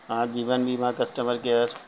ہاں جیون بیمہ کسٹمر کیئر